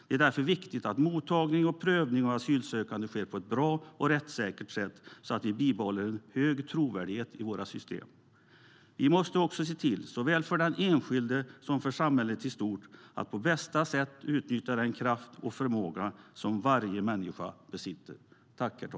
Därför är det viktigt att mottagning och prövning av asylsökande sker på ett bra och rättssäkert sätt, så att vi bibehåller en hög trovärdighet i våra system. Vi måste också se till, såväl för den enskilde som för samhället i stort, att på bästa sätt utnyttja den kraft och förmåga som varje människa besitter.